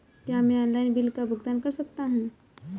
क्या मैं online bill का भुगतान कर सकता हूँ?